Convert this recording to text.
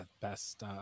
best